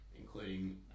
including